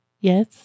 Yes